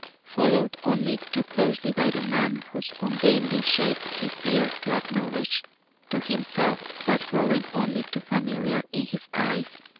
followed only too closely by the man whose ungainly shape he feared to acknowledge to himself was growing only too familiar in his eyes.